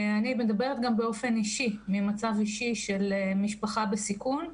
אני מדברת גם באופן אישי ממצב אישי של משפחה בסיכון,